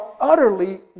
utterly